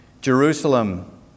Jerusalem